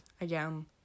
Again